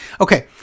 Okay